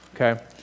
Okay